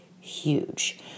huge